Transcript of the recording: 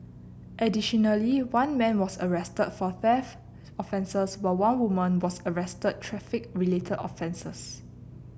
additionally one man was arrested for theft offences while one woman was arrested traffic related offences